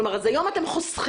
כלומר, אז היום אתם חוסכים,